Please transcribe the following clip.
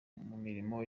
mirimo